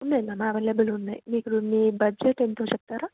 ఉన్నాయి ma'am available ఉన్నాయి మీకు మీ బడ్జెట్ ఎంతో చెప్తారా